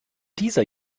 dieser